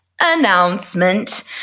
announcement